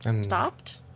Stopped